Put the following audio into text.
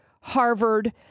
harvard